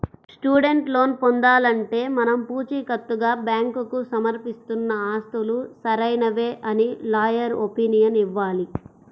student loan పొందాలంటే మనం పుచీకత్తుగా బ్యాంకుకు సమర్పిస్తున్న ఆస్తులు సరైనవే అని లాయర్ ఒపీనియన్ ఇవ్వాలి